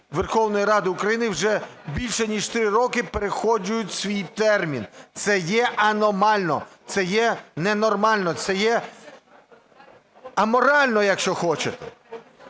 Верховної Ради України, вже більше ніж три роки переходжують свій термін. Це є аномально, це є ненормально, це є аморально, якщо хочете.